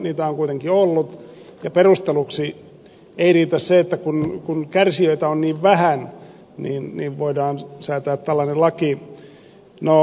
niitä on kuitenkin ollut ja perusteluksi ei riitä se että kun kärsijöitä on niin vähän niin voidaan säätää tällainen laki